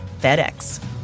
FedEx